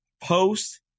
post